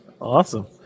awesome